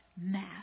math